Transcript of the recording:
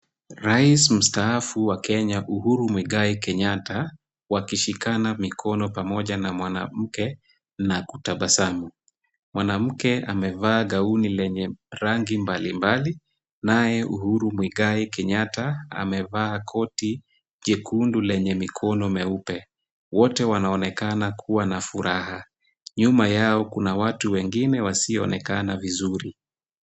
Rais mstaafu wa Kenya, Uhuru Muigai Kenyatta, wakishikana mikono pamoja na mwanamke na kutabasamu, mwanamke amevaa gauni lenye rangi mbalimbali, naye Uhuru Muigai Kenyatta amevaa koti jekundu lenye mikono mieupe, wote wanaonekana kuwa na furaha, nyuma yao kuna watu wengine wasioonekana vizuri.